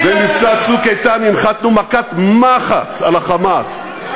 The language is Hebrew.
במבצע "צוק איתן" הנחתנו מכת מחץ על ה"חמאס",